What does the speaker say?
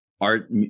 art